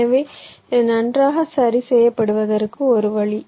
எனவே இது நன்றாக சரிப்படுத்துவதற்கான ஒரு வழி